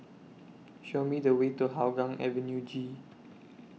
Show Me The Way to Hougang Avenue G